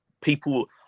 people